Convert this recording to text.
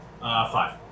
Five